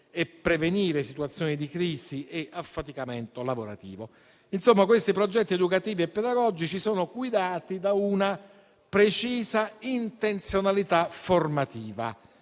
e prevenire situazioni di crisi e affaticamento lavorativo. Insomma, questi progetti educativi e pedagogici sono guidati da una precisa intenzionalità formativa,